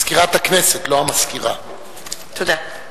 תודה.